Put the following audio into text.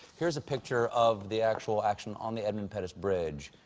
here's a picture of the actual action on the edmund pettis bridge,